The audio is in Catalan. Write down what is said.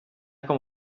com